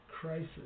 crisis